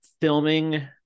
filming